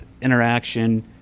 interaction